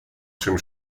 czym